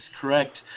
correct